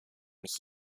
mich